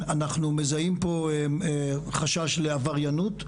אנחנו מזהים פה חשש לעבריינות,